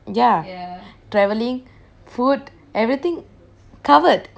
ya travelling food everything covered